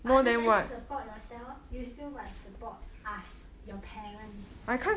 other than support youself you still must support us your parents